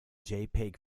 jpeg